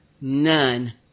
None